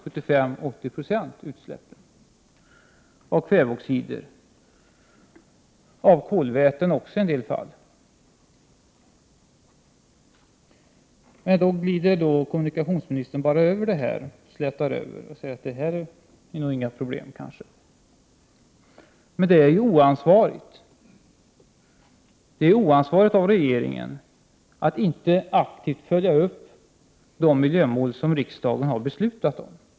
Det är fråga om en minskning av utsläppen av kväveoxider, ochi en del fall kolväten, med 75-80 26. Men kommunikationsministern glider bara förbi den här frågan, slätar över och säger att detta nog inte är några problem. Men det är oansvarigt av regeringen att inte aktivt följa upp de miljömål som riksdagen beslutat om.